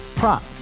Prop